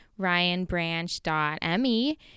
ryanbranch.me